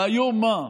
והיום מה?